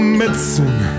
medicine